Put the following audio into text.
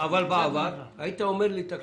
אבל בעבר, היית אומר לי, תקשיב,